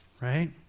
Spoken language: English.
Right